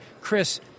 Chris